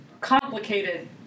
complicated